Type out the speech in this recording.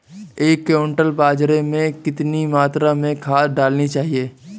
एक क्विंटल बाजरे में कितनी मात्रा में खाद डालनी चाहिए?